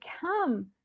come